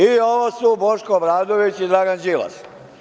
I ovo su Boško Obradović i Dragan Đilas.